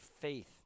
faith